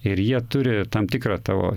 ir jie turi tam tikrą tavo